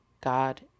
God